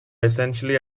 essentially